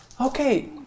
Okay